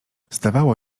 zdawało